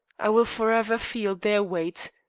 i will forever feel their weight.